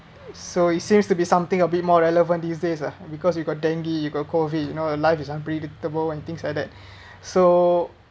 so it seems to be something a bit more relevant these days ah because you got dengue you got COVID you know life is unpredictable and things like that so